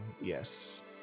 yes